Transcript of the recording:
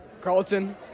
Carlton